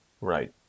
right